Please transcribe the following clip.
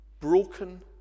broken